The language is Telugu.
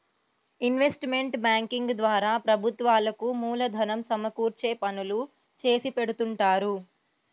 ఇన్వెస్ట్మెంట్ బ్యేంకింగ్ ద్వారా ప్రభుత్వాలకు మూలధనం సమకూర్చే పనులు చేసిపెడుతుంటారు